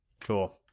cool